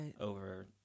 over